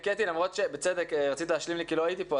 קטי, רצית להשלים לי כי לא הייתי פה.